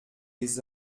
les